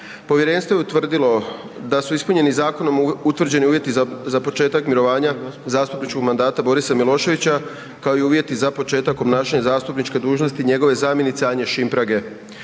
Povjerenstvo je utvrdilo da su ispunjeni zakonom utvrđeni uvjeti za početak mirovanja zastupničkog mandata Borisa Miloševića kao i uvjeti za početak obnašanja zastupničke dužnosti njegove zamjenice Anje Šimprage.